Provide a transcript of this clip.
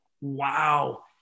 Wow